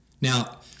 Now